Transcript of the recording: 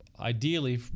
ideally